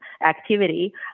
activity